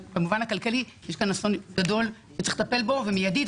במובן הכלכלי יש כאן אסון גדול וצריך לטפל בו מייד,